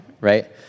right